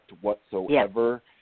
whatsoever